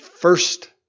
First